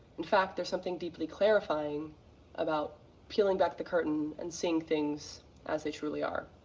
in fact, there's something deeply clarifying about peeling back the curtain and seeing things as they truly are.